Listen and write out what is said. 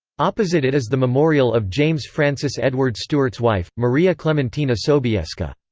opposite it is the memorial of james francis edward stuart's wife, maria clementina sobieska.